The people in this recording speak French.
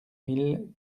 mille